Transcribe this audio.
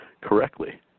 correctly